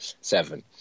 seven